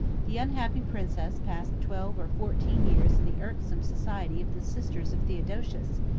the unhappy princess passed twelve or fourteen years in the irksome society of the sisters of theodosius,